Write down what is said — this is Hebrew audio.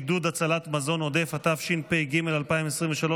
עידוד הצלת מזון עודף), התשפ"ג 2023,